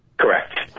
Correct